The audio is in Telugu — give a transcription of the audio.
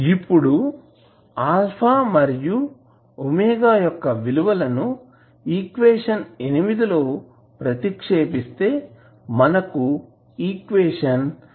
ఇప్పుడు α మరియు ⍵ యొక్క విలువలని ఈక్వేషన్ లో ప్రతిక్షేపిస్తే మనకు ఈక్వేషన్ వస్తుంది